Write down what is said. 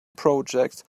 projects